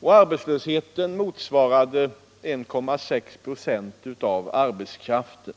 och arbetslösheten motsvarade 1,6 96 av arbetskraften.